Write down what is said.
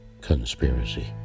conspiracy